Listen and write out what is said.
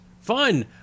Fun